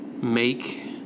make